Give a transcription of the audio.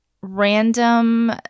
random